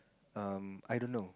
um I don't know